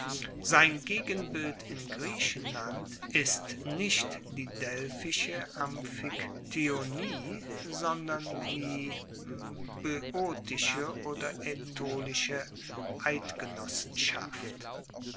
sein gegenbild in griechenland ist nicht die delphische amphiktyonie sondern die boeotische oder aetolische eidgenossenschaft